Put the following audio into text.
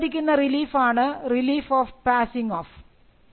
ഇതിന് അനുവദിക്കുന്ന റിലീഫ് ആണ് ആണ് റിലീഫ് ഓഫ് പാസിംഗ് ഓഫ്